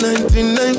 99